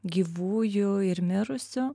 gyvųjų ir mirusių